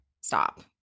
stop